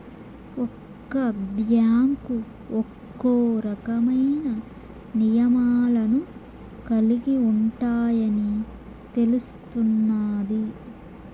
ఒక్క బ్యాంకు ఒక్కో రకమైన నియమాలను కలిగి ఉంటాయని తెలుస్తున్నాది